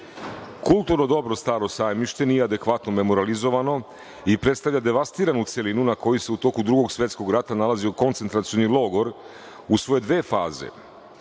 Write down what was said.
Kulturno dobro "Staro Sajmište" nije adekvatno memorijalizovano i predstavlja devastiranu celinu na koju se u toku Drugog svetskog rata nalazio koncentracioni logor u svoje dve faze.